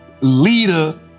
leader